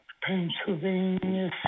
Pennsylvania